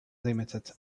limited